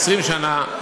20 שנה.